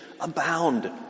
abound